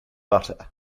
butter